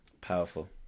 Powerful